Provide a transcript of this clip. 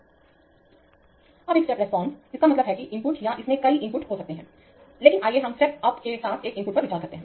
अबएक step response इसका मतलब है कि इनपुट या इसमें कई इनपुट हो सकते हैं लेकिन आइए हम स्टेप अप के साथ एक इनपुट पर विचार करते हैं